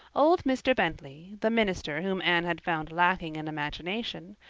old mr. bentley, the minister whom anne had found lacking in imagination,